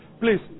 Please